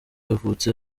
yavutse